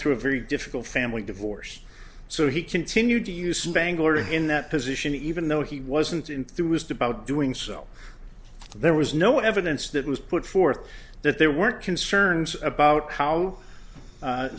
through a very difficult family divorce so he continued to use in bangalore in that position even though he wasn't enthused about doing so there was no evidence that was put forth that there were concerns about how